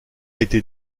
été